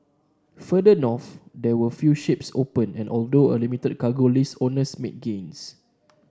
further north there were few ships open and although a limited cargo list owners made gains